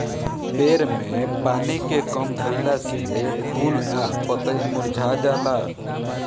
पेड़ में पानी के कम भईला से फूल आ पतई मुरझा जाला